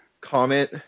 comment